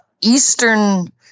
Eastern